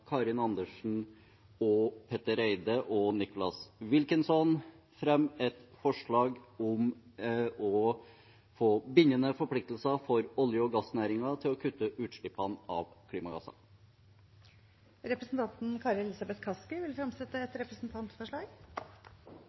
Karin Andersen, Petter Eide, Nicholas Wilkinson og meg selv fremme forslag om en bindende forpliktelse for olje- og gassnæringen til å kutte utslipp av klimagasser. Representanten Kari Elisabeth Kaski vil fremsette et representantforslag.